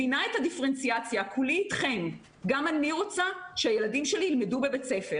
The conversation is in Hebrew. בטוחה שכן, יש ילדים בבית ספר